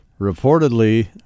reportedly